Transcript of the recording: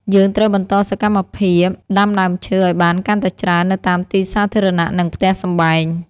យើងត្រូវបន្តសកម្មភាពដាំដើមឈើឱ្យបានកាន់តែច្រើននៅតាមទីសាធារណៈ និងផ្ទះសម្បែង។